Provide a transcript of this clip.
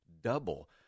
Double